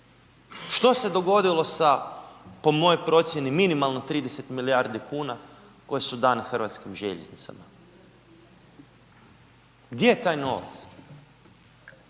Što se dogodilo sa, po mojoj procijeni, minimalno 30 milijardi kuna, koje su dane hrvatskim željeznicama? Gdje je taj novac?